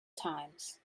times